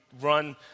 run